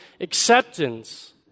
acceptance